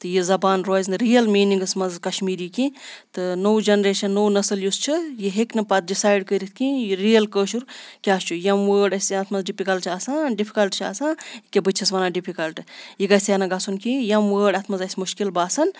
تہٕ یہِ زبان روزِ نہٕ رِیَل میٖنِنٛگس منٛز کَشمیٖری کینٛہہ تہٕ نوو جیٚنریشَن نوو نسٕل یُس چھِ یہِ ہیٚکہِ نہٕ پَتہٕ ڈِسایڈ کٔرِتھ کِہِنۍ یہِ رِیَل کٲشُر کیا چھُ یِم وٲڈ اَسہِ اَتھ منٛز ٹِپکَل چھِ آسان ڈٕفکَلٹ چھِ آسان کہ بہٕ تہِ چھَس وَنان ڈِفکَلٹ یہِ گژھِ ہا نہٕ گژھُن کینٛہہ یِم وٲڈ اَتھ منٛز اَسہِ مُشکل باسان